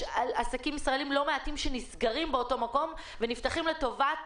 לא מעט עסקים ישראלים שנסגרים באותו מקום ונפתחים לטובת